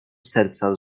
serca